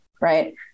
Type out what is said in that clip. right